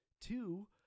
Two